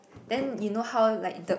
then you know how like the